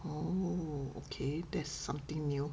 oh okay that's something new